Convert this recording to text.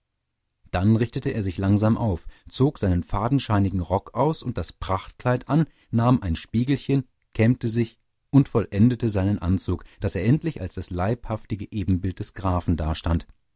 dann richtete er sich langsam auf zog seinen fadenscheinigen rock aus und das prachtkleid an nahm ein spiegelchen kämmte sich und vollendete seinen anzug daß er endlich als das leibhaftige ebenbild des grafen dastand